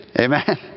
Amen